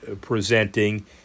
presenting